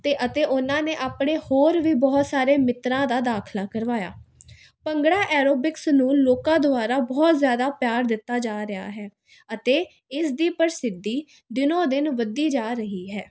ਅਤੇ ਅਤੇ ਉਹਨਾਂ ਨੇ ਆਪਣੇ ਹੋਰ ਵੀ ਬਹੁਤ ਸਾਰੇ ਮਿੱਤਰਾਂ ਦਾ ਦਾਖਲਾ ਕਰਵਾਇਆ ਭੰਗੜਾ ਐਰੋਬਿਕਸ ਨੂੰ ਲੋਕਾਂ ਦੁਆਰਾ ਬਹੁਤ ਜ਼ਿਆਦਾ ਪਿਆਰ ਦਿੱਤਾ ਜਾ ਰਿਹਾ ਹੈ ਅਤੇ ਇਸ ਦੀ ਪ੍ਰਸਿੱਧੀ ਦਿਨੋਂ ਦਿਨ ਵਧਦੀ ਜਾ ਰਹੀ ਹੈ